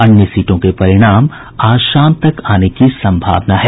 अन्य सीटों के परिणाम आज शाम तक आने की संभावना है